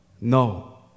No